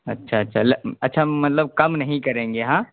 اچھا اچھا اچھا مطلب کم نہیں کریں گے ہاں